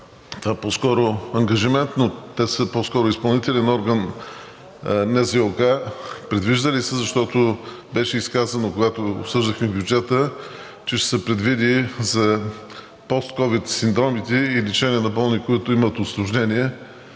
това по-скоро ангажимент, но те са по-скоро изпълнителен орган НЗОК, предвижда ли се, защото беше изказано, когато обсъждахме бюджета, че ще се предвиди за постковид синдромите и лечение на болни, които имат усложнение,